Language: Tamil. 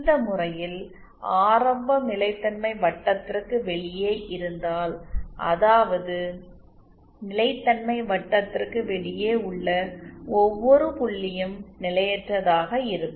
இந்த முறையில் ஆரம்பம் நிலைத்தன்மை வட்டத்திற்கு வெளியே இருந்தால் அதாவது நிலைத்தன்மை வட்டத்திற்கு வெளியே உள்ள ஒவ்வொரு புள்ளியும் நிலையற்றதாக இருக்கும்